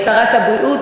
שרת הבריאות,